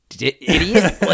idiot